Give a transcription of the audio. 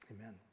amen